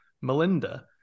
Melinda